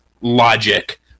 logic